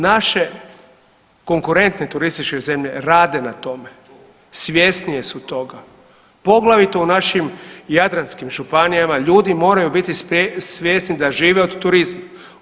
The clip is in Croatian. Naše konkurentne turističke zemlje rade na tome, svjesnije su toga poglavito u našim jadranskim županijama ljudi moraju biti svjesni da žive od turizma.